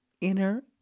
inner